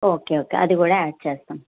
okay okay అది కూడా add చేస్తాం